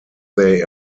they